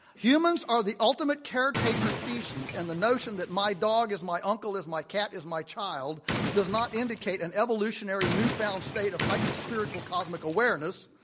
humans are the ultimate caretaker species, and the notion that my dog is my uncle is my cat is my child does not indicate an evolutionary newfound state of heightened spiritual cosmic awareness,